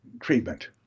treatment